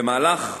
במהלך דיון,